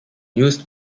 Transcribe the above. used